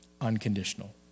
unconditional